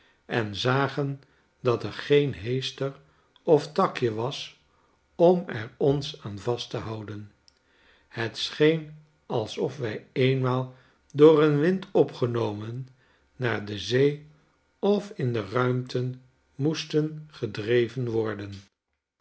en zagen dat er geen heester of takje was om er ons aan vast te houden het scheen alsof wij eenmaal door een wind opgenomen naar zee of in de ruimten moesten gedreven worden